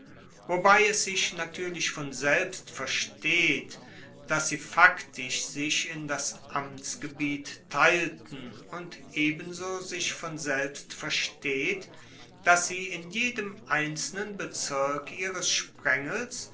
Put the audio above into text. wobei es sich natuerlich von selbst versteht dass sie faktisch sich in das amtsgebiet teilten und ebenso sich von selbst versteht dass sie in jedem einzelnen bezirk ihres sprengels